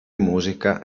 musica